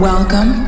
Welcome